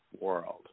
world